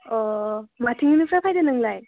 अ माथिंनिफ्राय फैदों नोंलाय